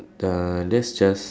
uh that's just